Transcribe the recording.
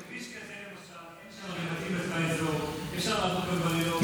בכביש כזה למשל אין, אי-אפשר לעבוד בו בלילות.